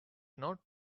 not